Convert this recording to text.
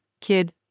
kid